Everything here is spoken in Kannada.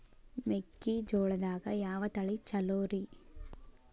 ಮೆಕ್ಕಿಜೋಳದಾಗ ಯಾವ ತಳಿ ಛಲೋರಿ?